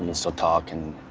and so talk, and